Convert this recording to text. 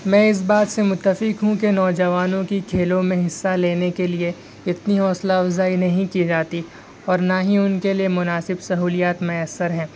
میں اس بات سے متفق ہوں کہ نوجوانوں کی کھیلوں میں حصہ لینے کے لیے اتنی حوصلہ افزائی نہیں کی جاتی اور نہ ہی ان کے لیے مناسب سہولیات میسر ہیں